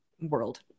world